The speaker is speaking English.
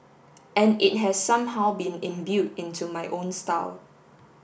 and it has somehow been imbued into my own style